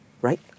right